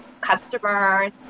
customers